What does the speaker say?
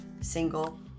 single